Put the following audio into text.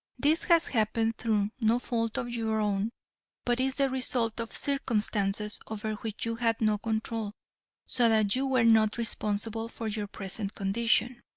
this has happened through no fault of your own but is the result of circumstances over which you had no control so that you are not responsible for your present condition.